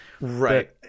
right